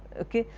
ok,